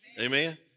Amen